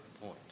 point